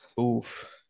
Oof